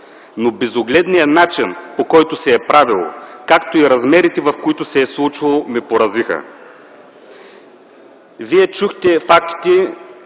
но безогледният начин, по който се е правило, както и размерите, в които се е случвало, ме поразиха. Вие чухте фактите,